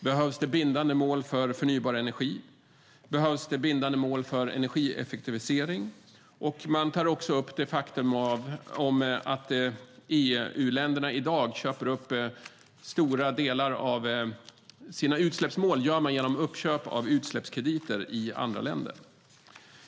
Behövs det bindande mål för förnybar energi? Behövs det bindande mål för energieffektivisering? Man tar upp det faktum att EU-länderna i dag, för att nå sina utsläppsmål, gör uppköp av utsläppskrediter i andra länder.